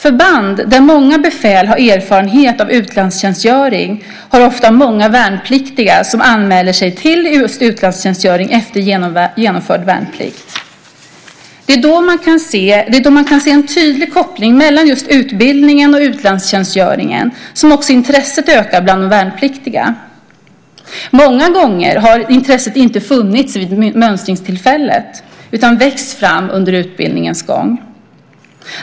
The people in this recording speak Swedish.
Förband där många befäl har erfarenhet av utlandstjänstgöring har ofta många värnpliktiga som anmäler sig till utlandstjänstgöring efter genomförd värnplikt. Det är då man kan se en tydlig koppling mellan utbildning och utlandstjänstgöring som intresset ökar bland de värnpliktiga. Många gånger har inte intresset funnits vid mönstringstillfället, utan det har växt fram under utbildningens gång.